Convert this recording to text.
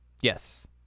Yes